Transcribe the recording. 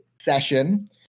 session